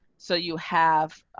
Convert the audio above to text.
so you have